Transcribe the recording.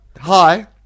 hi